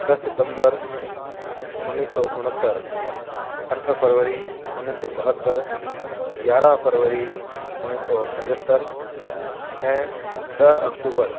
छह सितम्बर उनीस सौ उणहतरि अठ फरवरी उनीस सौ बहतरि यारहं फरवरी उणिवीह सौ पंजतरि ऐं ॾह अक्टूबर